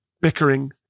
bickering